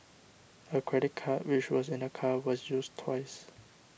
a credit card which was in the car was used twice